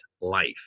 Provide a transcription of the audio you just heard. life